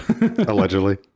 allegedly